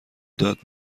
داد